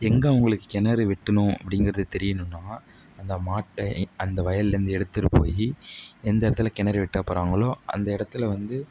எங்கே அவங்களுக்கு கிணறு வெட்டணும் அப்படிங்கிறது தெரியணுன்னால் அந்த மாட்டை அந்த வயல்லேருந்து எடுத்து போய் எந்த இடத்துல கிணறு வெட்ட போகிறாங்களோ அந்த இடத்துல வந்து